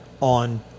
on